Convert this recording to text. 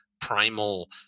primal